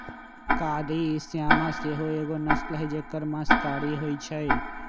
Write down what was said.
कारी श्यामा सेहो एगो नस्ल हई जेकर मास कारी होइ छइ